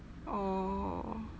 oh